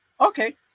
Okay